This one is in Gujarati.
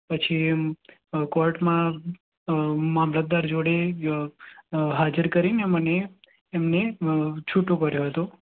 પછી કોર્ટમાં મામલતદાર જોડે હાજર કરીને મને એમણે છૂટો કર્યો હતો